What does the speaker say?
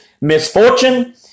misfortune